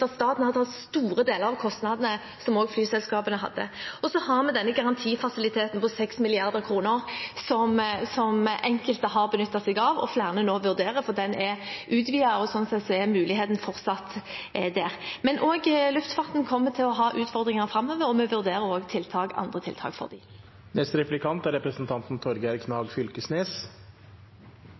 at staten har tatt store deler av kostnadene som også flyselskapene hadde. Så har vi garantifasiliteten på 6 mrd. kr, som enkelte har benyttet seg av, og flere nå vurderer, for den er utvidet, og sånn sett er muligheten fortsatt der. Men også luftfarten kommer til å ha utfordringer framover, og vi vurderer også andre tiltak for